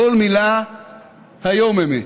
כל מילה היום אמת.